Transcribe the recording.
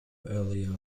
earlier